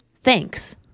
Thanks